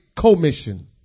commission